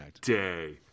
day